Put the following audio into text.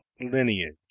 Lineage